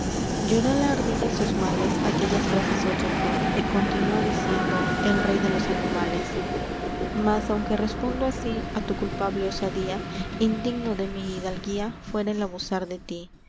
desear lloró la ardilla sus males aquellas frases oyendo y continuó diciendo el rey de los animales as aunque respondo asi á tu culpable osadía indigno de m i hidalguía fuera el abusar de tí